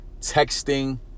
texting